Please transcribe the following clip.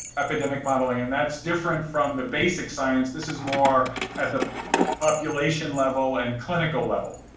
epidemic modeling, and that's different from the basic science, this is more at the population level and clinical level.